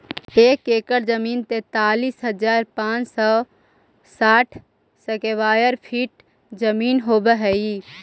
एक एकड़ जमीन तैंतालीस हजार पांच सौ साठ स्क्वायर फीट जमीन होव हई